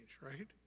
right